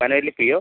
Panoli PO